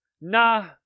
nah